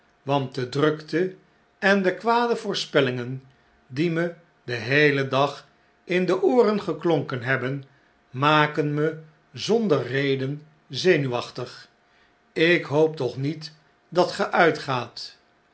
want de drukte en de kwade voorspellingen die me den heelen dag in de ooren geklonken hebben maken me zonder reden zenuwachtig ik hoop toch niet dat ge uitgaat